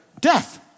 death